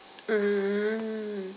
mm mm